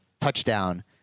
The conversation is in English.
touchdown